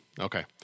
Okay